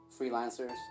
freelancers